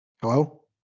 Hello